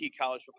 college